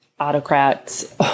autocrats